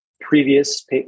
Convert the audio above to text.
previous